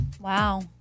Wow